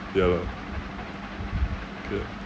ya lah okay